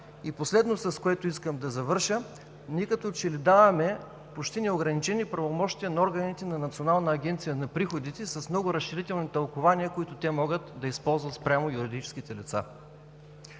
И последно, с което искам да завърша, ние като че ли даваме почти неограничени правомощия на органите на Национална агенция по приходите с много разширителни тълкувания, които те могат да използват спрямо юридическите лица.